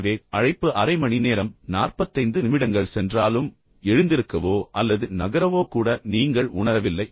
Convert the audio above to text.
எனவே அழைப்பு அரை மணி நேரம் நாற்பத்தைந்து நிமிடங்கள் சென்றாலும் எழுந்திருக்கவோ அல்லது நகரவோ கூட நீங்கள் உணரவில்லை